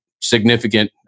significant